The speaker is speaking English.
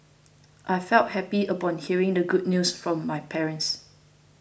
I felt happy upon hearing the good news from my parents